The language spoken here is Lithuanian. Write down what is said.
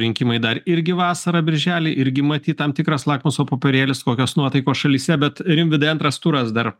rinkimai dar irgi vasarą birželį irgi matyt tam tikras lakmuso popierėlis kokios nuotaikos šalyse bet rimvydai antras turas dar